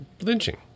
lynching